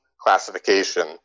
classification